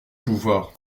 pouvoir